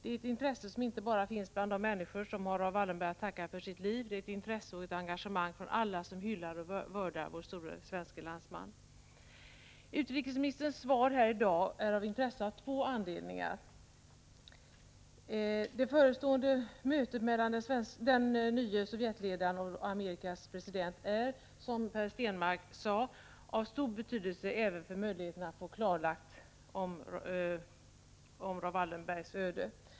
Det är inte bara ett intresse hos de människor som har Raoul Wallenberg att tacka för sina liv, utan det är ett intresse och ett engagemang hos alla som hyllar och vördar vår store landsman. Utrikesministerns svar här i dag är viktigt av två anledningar. Den första anledningen är följande. Det förestående mötet mellan den nye Sovjetledaren och USA:s president är, som Per Stenmarck sade, av stor betydelse även för möjligheterna att få klarlagt Raoul Wallenbergs öde.